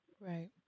right